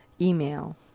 email